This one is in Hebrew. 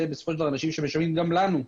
בסופו של דבר אלה אנשים שמשלמים אגב,